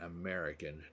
american